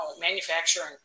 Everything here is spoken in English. manufacturing